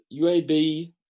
UAB